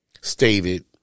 stated